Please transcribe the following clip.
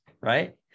Right